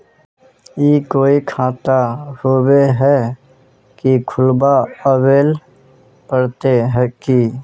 ई कोई खाता होबे है की खुला आबेल पड़ते की?